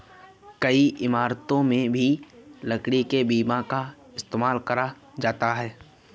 कई इमारतों में भी लकड़ी के बीम का इस्तेमाल करा जाता है